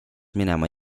minema